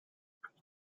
tres